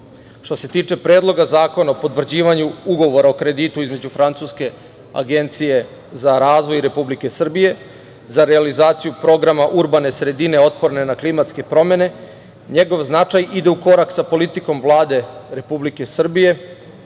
se tiče predloga zakona o Potvrđivanju ugovora o kreditu između Francuske i Agencije za razvoj Republike Srbije, za realizaciju programa urbane sredine otporne na klimatske promene njegov značaj ide u korak sa politikom Vlade Republike Srbije,